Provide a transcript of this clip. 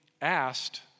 asked